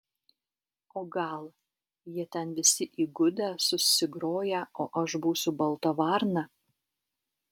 o gal jie ten visi įgudę susigroję o aš būsiu balta varna